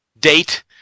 date